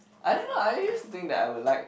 I don't know I used to think that I would like